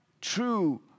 true